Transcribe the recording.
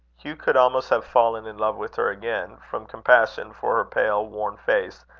hugh could almost have fallen in love with her again, from compassion for her pale, worn face,